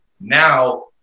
now